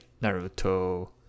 Naruto